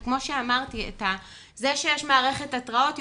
כי כמו שאמרתי יופי שיש מערכת התרעות,